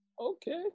Okay